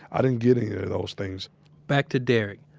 i didn't get any of those things back to derrick,